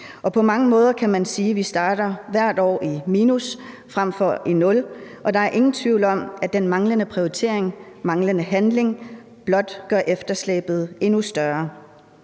På mange måder kan man sige, at vi starter hvert år i minus frem for i nul, og der er ingen tvivl om, at den manglende prioritering, manglende handling blot gør efterslæbet endnu større.